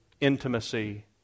intimacy